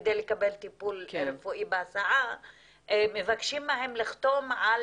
כדי לקבל טיפול רפואי מבקשים להם לחתום על